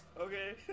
Okay